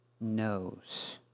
knows